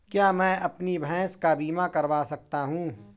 क्या मैं अपनी भैंस का बीमा करवा सकता हूँ?